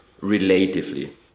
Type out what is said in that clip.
relatively